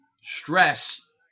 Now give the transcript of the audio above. stress